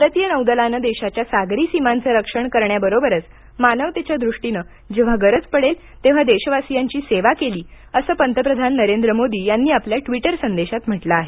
भारतीय नौदलानं देशाच्या सागरी सीमांचं रक्षण करण्याबरोबरच मानवतेच्या दृष्टीने जेव्हा गरज पडेल तेव्हा देशवासीयांची सेवा केली आहे असं पंतप्रधान नरेंद्र मोदी यांनी आपल्या ट्वीटर संदेशात म्हटलं आहे